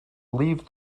leave